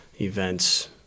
events